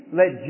let